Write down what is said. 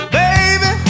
baby